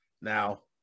Now